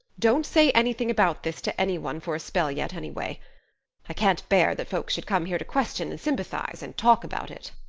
don't say anything about this to any one for a spell yet, anyway. i can't bear that folks should come here to question and sympathize and talk about it.